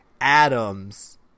Adams